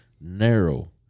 Narrow